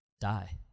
die